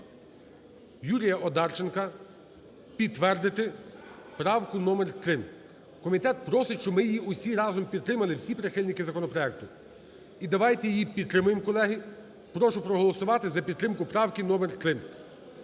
Юрія Одарченка підтвердити правку номер 3. Комітет просить, щоб ми її усі разом підтримали, всі прихильники законопроекту. І давайте її підтримаємо, колеги. Прошу проголосувати за підтримку правки номер 3.